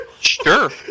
Sure